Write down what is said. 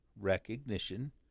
recognition